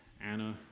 Anna